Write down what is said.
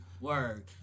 Word